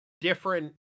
different